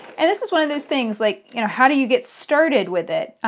and this is one of those things like you know how do you get started with it?